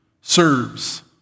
serves